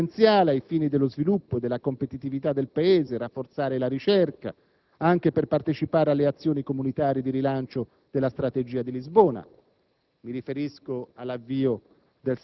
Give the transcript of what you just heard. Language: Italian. in un momento in cui appare sempre più essenziale, ai fini dello sviluppo e della competitività del Paese, rafforzare la ricerca, anche per partecipare alle azioni comunitarie di rilancio della Strategia di Lisbona